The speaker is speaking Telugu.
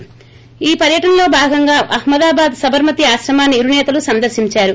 భారత పర్యటనలో భాగంగా అహ్మదాబాద్ సబర్మతీ ఆశ్రమాన్ని ఇరు సేతలు సందర్పించారు